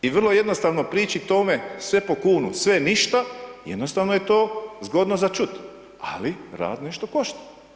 I vrlo jednostavno prići tome sve po kunu, sve ništa, jednostavno je to zgodno za čut, ali rad nešto košta.